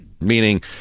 Meaning